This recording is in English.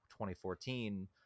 2014